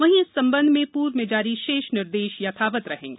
वहीं इस संबंध में पर्व में जारी शेष निर्देश यथावत रहेंगे